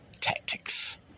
tactics